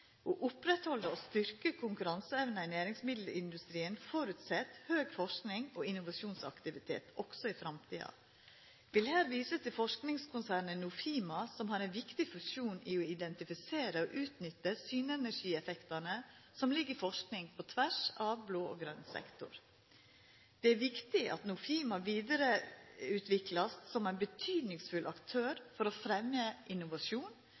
Å oppretthalda og styrkja konkurranseevna i næringsmiddelindustrien føreset høg forskings- og innovasjonsaktivitet også i framtida. Eg vil her visa til forskingskonsernet Nofima, som har ein viktig funksjon i å identifisera og utnytta synergieffektane som ligg i forsking, på tvers av blå og grøn sektor. Det er viktig at Nofima vert vidareutvikla som ein betydningsfull aktør for å fremja innovasjon